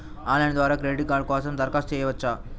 Online ద్వారా credit card కోసం దరఖాస్తు చేయవచ్చా?